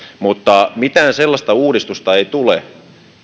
mutta mitään sellaista uudistusta ei tule